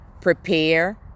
prepare